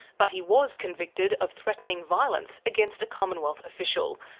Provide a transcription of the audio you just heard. but he was convicted of threatening violence against a commonwealth official,